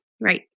right